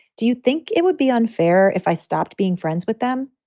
do you think it would be unfair if i stopped being friends with them?